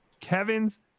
Kevin's